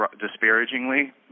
disparagingly